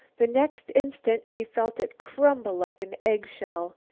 the next instant she felt it crumble like an egg-shell.